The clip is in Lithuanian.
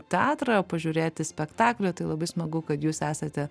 teatrą pažiūrėti spektaklio tai labai smagu kad jūs esate